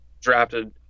drafted